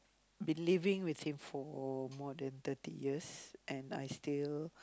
been living with him for more than thirty years and I still